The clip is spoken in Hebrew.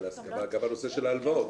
בנושא ההלוואות.